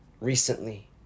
recently